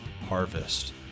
harvest